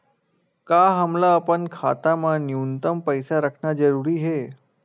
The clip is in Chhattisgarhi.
का हमला अपन खाता मा न्यूनतम पईसा रखना जरूरी हे?